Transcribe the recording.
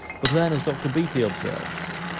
but then, as dr beattie observes,